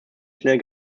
schnell